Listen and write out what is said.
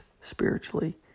spiritually